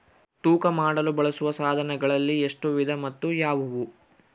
ತೂಕ ಮಾಡಲು ಬಳಸುವ ಸಾಧನಗಳಲ್ಲಿ ಎಷ್ಟು ವಿಧ ಮತ್ತು ಯಾವುವು?